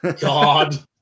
God